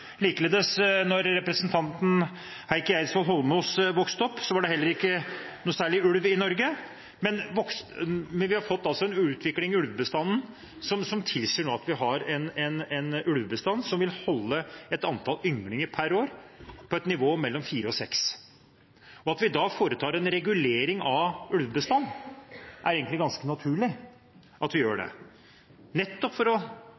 likeledes da representanten Heikki Eidsvoll Holmås vokste opp, da var det heller ikke noe særlig ulv i Norge. Men vi har altså fått en utvikling i ulvebestanden nå som tilsier en ulvebestand som vil holde et antall ynglinger per år på et nivå mellom fire og seks. At vi da foretar en regulering av ulvebestanden, er egentlig ganske naturlig, nettopp for å